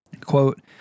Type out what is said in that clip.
Quote